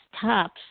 tops